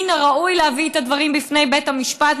מן הראוי להביא את הדברים בפני בית המשפט,